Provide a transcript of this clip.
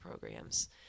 programs